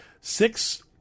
six